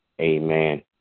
amen